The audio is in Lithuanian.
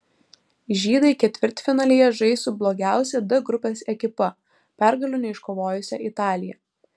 žydai ketvirtfinalyje žais su blogiausia d grupės ekipa pergalių neiškovojusia italija